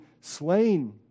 slain